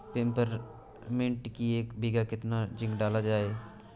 Peppermint की एक बीघा कितना जिंक डाला जाए?